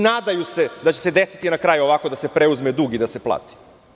Nadaju da će se desiti na kraju ovako da se preuzme dug i da se plati.